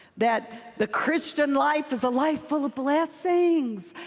that the christian life is a life full of blessings,